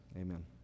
Amen